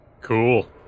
Cool